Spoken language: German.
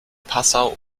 passau